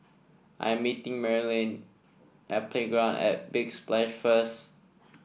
I'm meeting Maryjane at Playground at Big Splash first